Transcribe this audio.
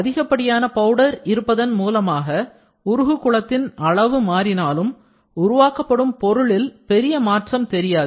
அதிகப்படியான பவுடர் இருப்பதன் மூலமாக உருகுகுளத்தின் அளவு மாறினாலும் உருவாக்கப்படும் பொருளில் பெரிய மாற்றம் தெரியாது